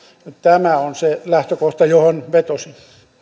tämä on se lähtökohta johon vetosin edustaja